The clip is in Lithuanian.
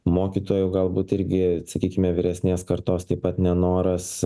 mokytojų galbūt irgi sakykime vyresnės kartos taip pat nenoras